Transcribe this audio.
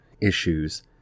issues